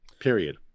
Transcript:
Period